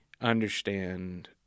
understand